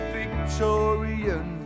victorian